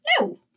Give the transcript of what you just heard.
No